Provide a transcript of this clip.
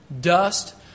dust